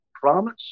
promise